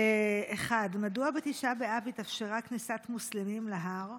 רצוני לשאול: 1. מדוע בתשעה באב התאפשרה כניסת מוסלמים להר,